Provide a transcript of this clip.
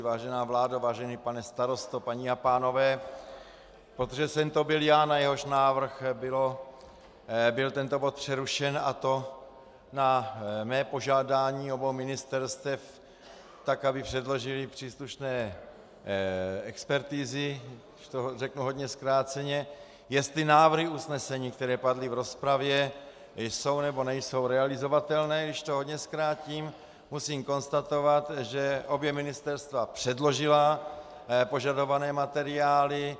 Vážená vládo, vážený pane starosto, paní a pánové, protože jsem to byl já, na jehož návrh byl tento bod přerušen, a to na mé požádání obou ministerstev, tak aby předložila příslušné expertizy, když to řeknu hodně zkráceně, jestli návrhy usnesení, které padly v rozpravě, jsou, nebo nejsou realizovatelné, když to hodně zkrátím, musím konstatovat, že obě ministerstva předložila požadované materiály.